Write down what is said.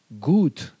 good